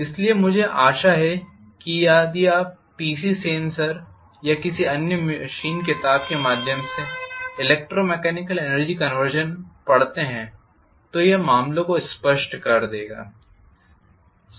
इसलिए मुझे आशा है कि यदि आप पी सी सेन या किसी अन्य मशीन किताब के माध्यम से इलेक्ट्रोमेकॅनिकल एनर्जी कन्वर्षन पढ़ते हैं तो यह मामलों को स्पष्ट कर देगा